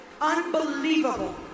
unbelievable